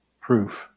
proof